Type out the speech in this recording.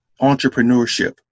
entrepreneurship